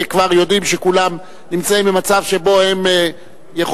וכבר יודעים שכולם נמצאים במצב שבו הם יכולים,